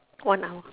one hour